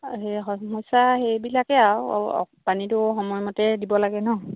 সেই সমস্যা সেইবিলাকে আৰু পানীটো সময়মতে দিব লাগে ন